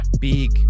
Big